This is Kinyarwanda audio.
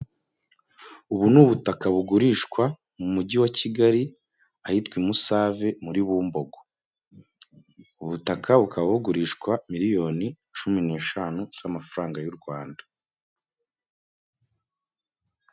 Ubu ni ubutaka bugurishwa mu Mujyi wa Kigali ahitwa i Musave, muri Bumbogo. Ubu butaka bukaba bugurishwa miliyoni cumi n'eshanu z'amafaranga y'u Rwanda.